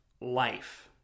life